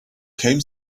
came